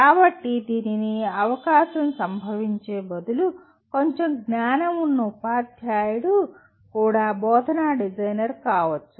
కాబట్టి దీనిని అవకాశం సంభవించే బదులు కొంచెం జ్ఞానం ఉన్న ఉపాధ్యాయుడు కూడా బోధనా డిజైనర్ కావచ్చు